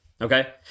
Okay